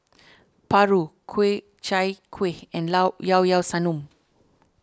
Paru Ku Chai Kueh and Llao Llao Sanum